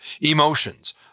emotions